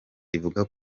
rivuga